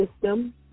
system